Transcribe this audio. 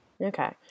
Okay